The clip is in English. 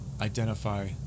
identify